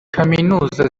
kaminuza